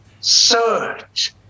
search